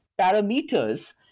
parameters